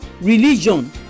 Religion